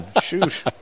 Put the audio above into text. Shoot